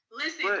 listen